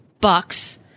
bucks